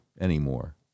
anymore